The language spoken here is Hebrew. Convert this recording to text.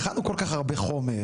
הכנו כל כך הרבה חומר,